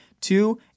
two